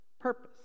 purpose